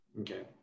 Okay